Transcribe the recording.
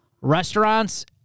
restaurants